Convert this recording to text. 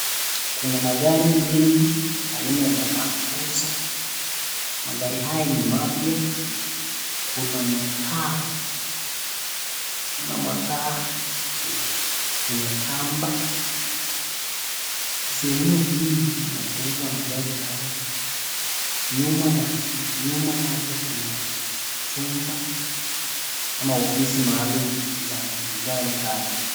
Kuna magari mengi aina za Land cruiser, magari haya ni mapya, kuna mataa kwenye kamba, sehemu hii ni ya kuuza magari haya, nyuma yake kuna chumba ama ofisi maalum za magari haya.